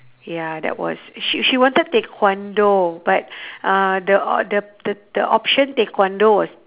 ya that was she she wanted taekwondo but uh the o~ the the the option taekwondo was